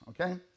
okay